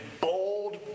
bold